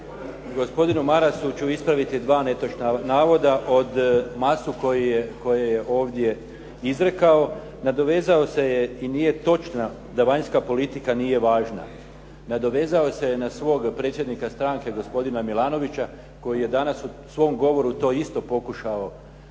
Gospodinu Marasu ću ispraviti dva netočna navoda od masu koje je ovdje izrekao. Nadovezao se i nije točno da vanjska politika nije važna, nadovezao se na svog predsjednika stranke gospodina Milanovića koji je danas u svom govoru to isto pokušao